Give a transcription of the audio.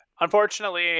Unfortunately